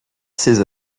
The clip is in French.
ses